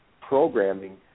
programming